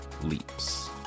Leaps